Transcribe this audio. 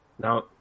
now